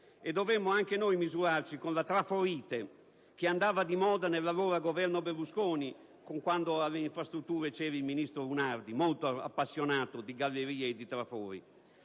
dovemmo anche noi misurarci con la "traforite" che andava di moda nell'allora Governo Berlusconi, quando alle Infrastrutture il ministro era Lunardi, molto appassionato di gallerie e di trafori.